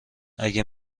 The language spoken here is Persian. اگه